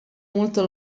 molto